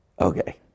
okay